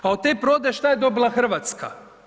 A od te prodaje šta je dobila Hrvatska?